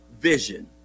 vision